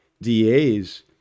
DAs